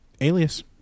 alias